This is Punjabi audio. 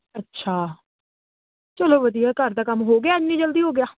ਅੱਛਾ ਚਲੋ ਵਧੀਆ ਘਰ ਦਾ ਕੰਮ ਹੋ ਗਿਆ ਇੰਨੀ ਜਲਦੀ ਹੋ ਗਿਆ